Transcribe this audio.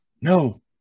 No